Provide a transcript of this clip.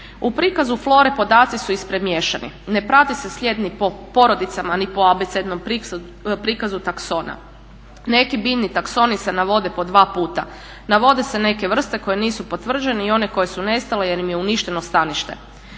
U prikazu flore podaci su ispremiješani. Ne prati se slijed ni po porodicama ni po abecednom prikazu taksona. Neki biljni taksoni se navode po dva puta. Navode se neke vrste koje nisu potvrđene i one koje su nestale jer im je uništeno stanište.